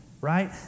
right